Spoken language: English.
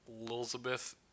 Elizabeth